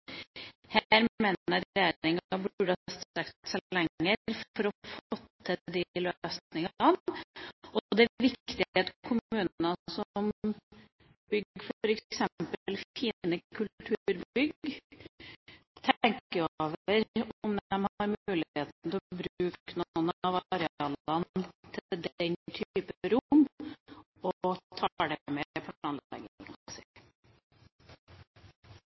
Her mener jeg regjeringa burde ha strukket seg lenger for å få til løsninger. Det er viktig at kommuner som bygger f.eks. fine kulturbygg, tenker over om de har muligheten til å bruke noen av arealene til den type rom, og tar det med